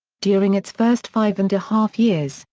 during its first five and a half years,